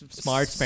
smart